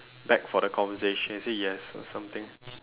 back for the conversation he said yes or something